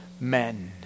men